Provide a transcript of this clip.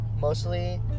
Mostly